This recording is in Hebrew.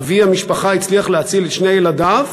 אבי המשפחה הצליח להציל את שני ילדיו,